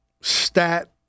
stat